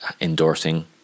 endorsing